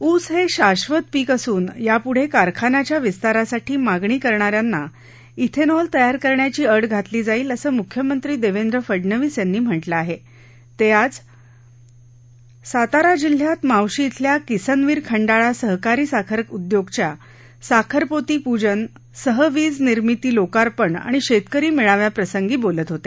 ऊस हे शाश्वत पीक असुन यापूढं कारखान्याच्या विस्तारासाठी मागणी करणाऱ्यांना इथेनॉल तयार करण्याची अट घातली जाईल असं मुख्यमंत्री देवेंद्र फडणवीस यांनी म्हटलं आहे ते आज सातारा जिल्ह्यात म्हावशी इथल्या किसन वीर खंडाळा सहकारी साखर उदयोगच्या साखर पोती पूजन सह वीजनर्मिती लोकार्पण आणि शेतकरी मेळाव्याप्रसंगी बोलत होते